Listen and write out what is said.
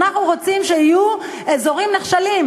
אנחנו רוצים שיהיו אזורים נחשלים.